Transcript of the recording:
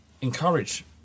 encourage